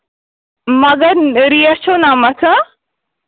مَگر ریٹ چھو نَمَتھ ہہ